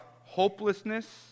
hopelessness